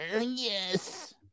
Yes